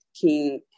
King